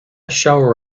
shower